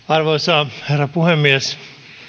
arvoisa herra puhemies